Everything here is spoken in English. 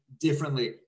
differently